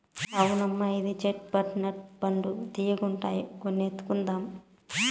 అవునమ్మా ఇవి చేట్ పట్ నట్ పండ్లు తీయ్యగుండాయి కొన్ని ఎత్తుకుందాం